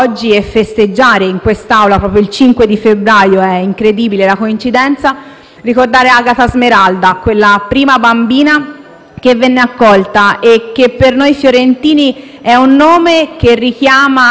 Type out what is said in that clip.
incredibile), Agata Smeralda, la prima bambina che venne accolta e che per noi fiorentini è un nome che richiama alla memoria tutti i bambini passati di lì e non solo,